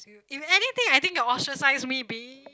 if anything I think you will ostracise me be